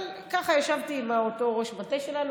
אבל ישבתי ככה עם אותו ראש המטה שלנו,